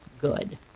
good